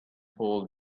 pulled